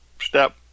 step